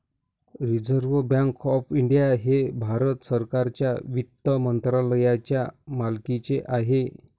reserve Bank of India हे भारत सरकारच्या वित्त मंत्रालयाच्या मालकीचे आहे